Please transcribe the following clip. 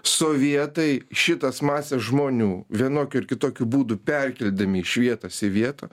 sovietai šitas mases žmonių vienokiu ar kitokiu būdu perkeldami iš vietos į vietą